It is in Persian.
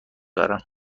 دارم